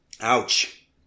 Ouch